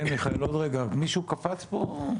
כן מיכאל, עוד רגע, מישהו קפץ פה?